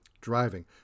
Driving